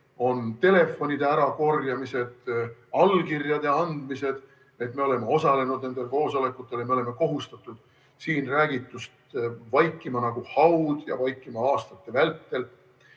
on telefonide ärakorjamised, allkirjade andmised, et me oleme osalenud nendel koosolekutel ja oleme kohustatud seal räägitust vaikima nagu haud ja vaikima aastate vältel.